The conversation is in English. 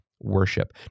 worship